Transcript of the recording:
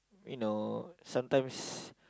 you know sometimes